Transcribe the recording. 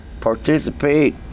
participate